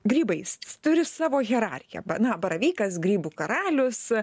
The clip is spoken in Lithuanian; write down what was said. grybai turi savo hierarchiją na baravykas grybų karalius